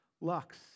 Lux